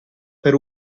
per